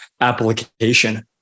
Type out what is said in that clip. application